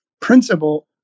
principle